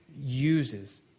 uses